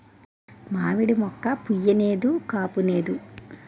మావిడి మోక్క పుయ్ నేదు కాపూనేదు